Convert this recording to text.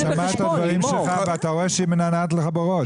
היא שומעת את הדברים שלך ואתה רואה שהיא מנענעת לך בראש,